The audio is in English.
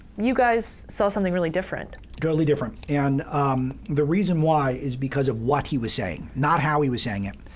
you guys saw something really different. totally different. and the reason why is because of what he was saying, not how he was saying it,